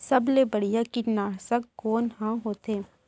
सबले बढ़िया कीटनाशक कोन ह होथे?